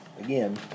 again